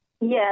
Yes